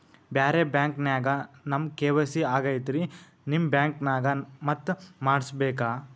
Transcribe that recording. ಬ್ಯಾರೆ ಬ್ಯಾಂಕ ನ್ಯಾಗ ನಮ್ ಕೆ.ವೈ.ಸಿ ಆಗೈತ್ರಿ ನಿಮ್ ಬ್ಯಾಂಕನಾಗ ಮತ್ತ ಮಾಡಸ್ ಬೇಕ?